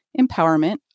empowerment